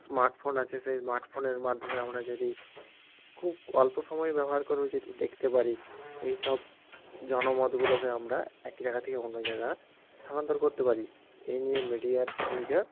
smartphone আছে সেই মার্টফোনের মাধ্যমে আমরা যদি খুব অল্প সময় ব্যবহার করেও যদি দেখতে পারি এইসব জনমতগুলোকে আমরা এক জায়গা থেকে অন্য জায়গা স্থানান্তর করতে পারি এই নিয়ে মিডিয়ার ভূমিকা